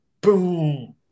boom